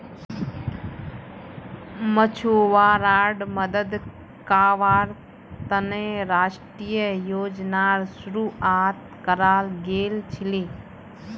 मछुवाराड मदद कावार तने राष्ट्रीय योजनार शुरुआत कराल गेल छीले